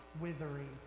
withering